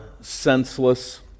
senseless